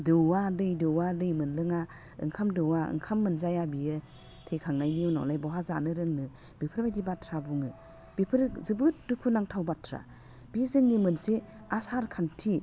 दौवा दै दौवा दै मोनलोङा ओंखाम दौवा ओंखाम मोनजाया बियो थैखांनायनि उनावलाय बहा जानो रोंनो बिफोरबायदि बाथ्रा बुङो बेफोरो जोबोद दुखुनांथाव बाथ्रा बे जोंनि मोनसे आसारखान्थि